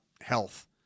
health